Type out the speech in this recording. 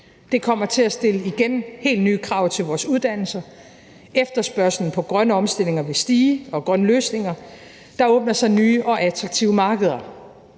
Det kommer igen til at stille helt nye krav til vores uddannelser; efterspørgslen på grøn omstilling og grønne løsninger vil stige; der åbner sig nye og attraktive markeder.